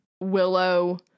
Willow